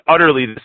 utterly